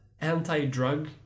anti-drug